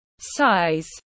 size